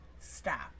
stop